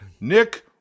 Nick